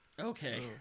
Okay